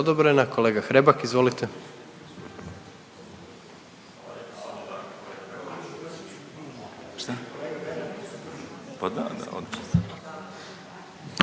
Kolega Hrebak, izvolite.